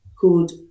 called